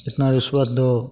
इतना रिश्वत दो